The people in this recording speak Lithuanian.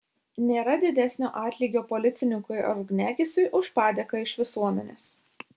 nėra didesnio atlygio policininkui ar ugniagesiui už padėką iš visuomenės